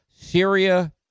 Syria